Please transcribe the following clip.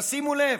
תשימו לב,